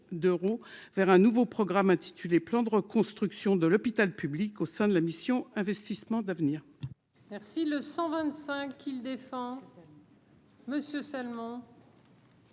vers un nouveau programme intitulé plan de reconstruction de l'hôpital public au sein de la mission Investissements d'avenir.